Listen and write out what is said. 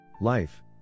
Life